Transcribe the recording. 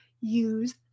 use